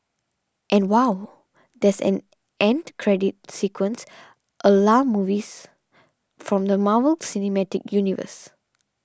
and wow there's an end credit sequence a la movies from the Marvel cinematic universe